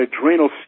adrenal